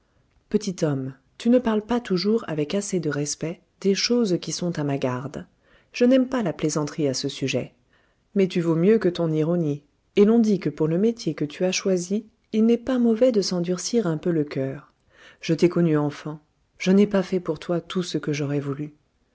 petit homme tu ne parles pas toujours avec assez de respect des choses qui sont à ma garde je n'aime pas la plaisanterie à ce sujet mais tu vaux mieux que ton ironie et l'on dit que pour le métier que tu as choisi il n'est pas mauvais de s'endurcir un peu le coeur je t'ai connu enfant je n'ai pas fait pour toi tout ce que j'aurais voulu